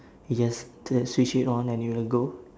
you just turn switch it on and it will go